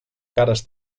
cares